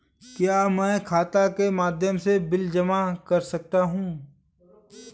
क्या मैं खाता के माध्यम से बिल जमा कर सकता हूँ?